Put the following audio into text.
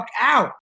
out